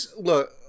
look